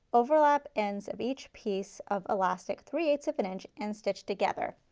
overlap ends of each piece of elastic, three eight ths of an inch and stitch together.